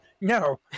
no